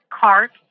CART